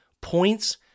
points